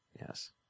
Yes